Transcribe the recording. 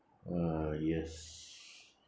ah yes